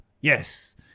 Yes